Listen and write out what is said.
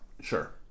Sure